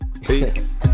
peace